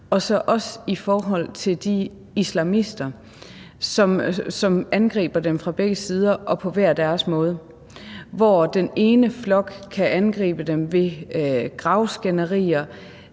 også i forhold til islamister. De angriber dem fra begge sider og på hver deres måde, hvor den ene flok kan angribe dem ved gravskænderier,